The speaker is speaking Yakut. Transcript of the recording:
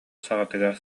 саҕатыгар